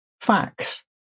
Facts